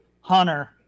Hunter